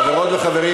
חברות וחברים,